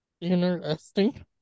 Interesting